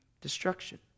destruction